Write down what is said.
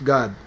God